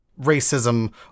racism